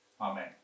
Amen